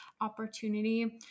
opportunity